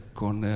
con